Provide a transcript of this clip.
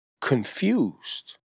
confused